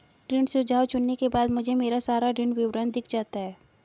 ऋण सुझाव चुनने के बाद मुझे मेरा सारा ऋण विवरण दिख जाता है